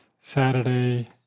Saturday